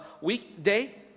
weekday